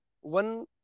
one